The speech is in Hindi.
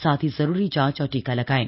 साथ ही जरूरी जांच और टीका लगाये